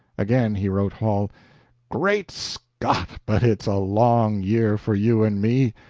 again he wrote hall great scott, but it's a long year for you and me!